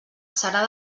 serà